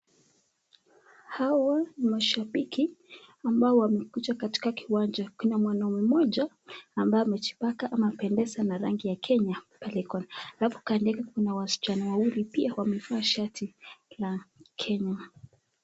Hawa mashabiki ambao wamekuja katika kiwanja. Kuna mwanaume mmoja ambaye amejibaka amependeza na rangi ya Kenya pale kona. Alafu kando yake kuna wasichana wawili pia wamevaa shati ya Kenya.